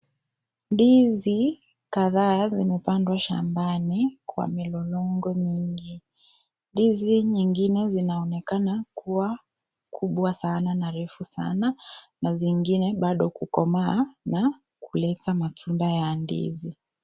Ndizi kadhaa zimepandwa shambani kwa milolongo mingi. Ndizi nyingine zinaonekana kuwa kubwa sana na refu sana na zingine bado kukomaa na kuleta matunda ya ndizi.